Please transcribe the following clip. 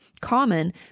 common